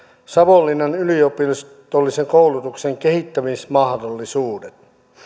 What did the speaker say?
savonlinnan yliopistollisen koulutuksen kehittämismahdollisuudet